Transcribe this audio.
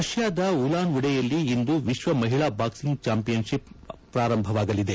ರಷ್ಯಾದ Ulan Ude ಯಲ್ಲಿ ಇಂದು ವಿಶ್ವ ಮಹಿಳಾ ಬಾಕ್ಸಿಂಗ್ ಚಾಂಪಿಯನ್ ಶಿಪ್ ಆರಂಭವಾಗಲಿದೆ